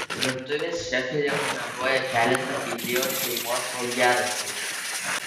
virtuvės šefė rekomenduoja keletą idėjų šeimos valgiaraščiui